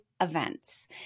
events